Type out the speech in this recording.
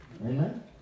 Amen